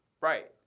Right